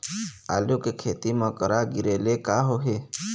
आलू के खेती म करा गिरेले का होही?